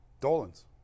Dolan's